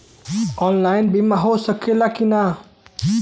Online बीमा हो सकेला की ना?